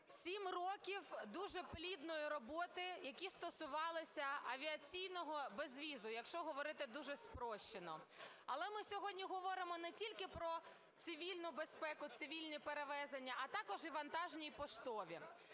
сім років дуже плідної роботи, яка стосувалася авіаційного безвізу, якщо говорити дуже спрощено. Але ми сьогодні говоримо не тільки про цивільну безпеку, цивільні перевезення, а також і вантажні, і поштові.